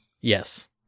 Yes